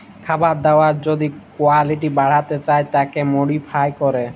খাবার দাবারের যদি কুয়ালিটি বাড়াতে চায় তাকে মডিফাই ক্যরে